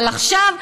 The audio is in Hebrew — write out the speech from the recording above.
אבל עכשיו,